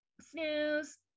Snooze